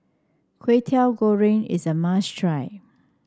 Kwetiau Goreng is a must try